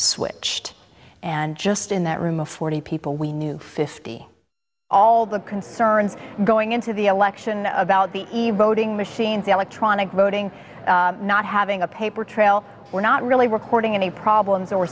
switched and just in that room of forty people we knew fifty all the concerns going into the election about the ebo ting machines electronic voting not having a paper trail we're not really reporting any problems or